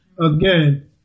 Again